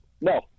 no